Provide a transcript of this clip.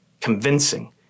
convincing